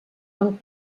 van